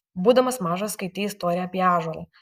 būdamas mažas skaitei istoriją apie ąžuolą